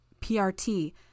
PRT